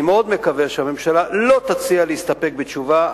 אני מאוד מקווה שהממשלה לא תציע להסתפק בתשובה.